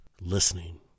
listening